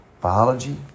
biology